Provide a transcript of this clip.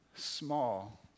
Small